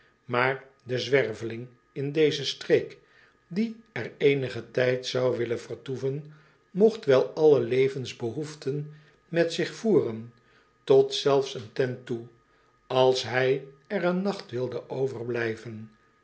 maar de zwerveling in deze streek die er eenigen tijd zou willen vertoeven mogt wel alle levensbehoeften met zich voeren tot zelfs een tent toe als hij er een nacht wilde overblijven